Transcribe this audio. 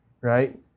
right